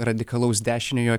radikalaus dešiniojo